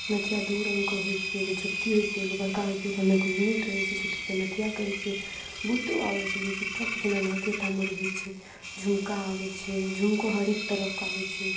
नथिया दू रङ्गके होइ छै एगो छोटकी होइ छै एगो बड़का होइ छै ओकरा नगमुनीके होइ छै छोटकीके नथिया कहै छै बूटो आबै छै जेकि टप जेना नाके टामे रहै छै झुमका आबै छै झुमको हरेक तरहके आबै छै